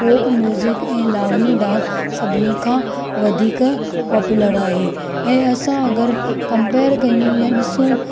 फोक music ऐं lavani dance सभिनी खां वधीक पापूलर आहे ऐं असां अगरि कम्पेयर कयूं या डि॒सूं